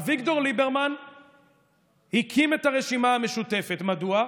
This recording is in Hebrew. אביגדור ליברמן הקים את הרשימה המשותפת, מדוע?